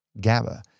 GABA